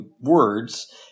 words